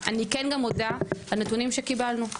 אני כן גם מודה על הנתונים שקיבלנו.